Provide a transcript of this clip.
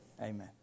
amen